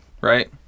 right